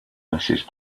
mrs